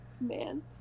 Man